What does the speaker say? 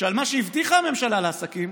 שבמה שהבטיחה הממשלה לעסקים